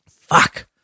Fuck